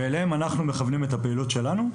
ואליהם אנחנו מכוונים את הפעילות שלנו.